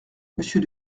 monsieur